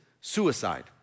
suicide